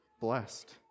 blessed